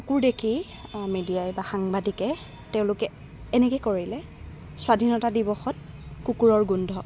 কুকুৰ দেখি মিডিয়াই বা সাংবাদিকে তেওঁলোকে এনেকৈ কৰিলে স্বাধীনতা দিৱসৰ কুকুৰৰ গোন্ধ